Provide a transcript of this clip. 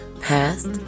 past